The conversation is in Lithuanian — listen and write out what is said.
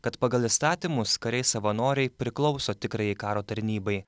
kad pagal įstatymus kariai savanoriai priklauso tikrajai karo tarnybai